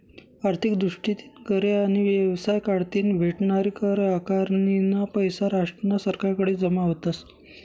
आर्थिक दृष्टीतीन घरे आणि येवसाय कढतीन भेटनारी कर आकारनीना पैसा राष्ट्रना सरकारकडे जमा व्हतस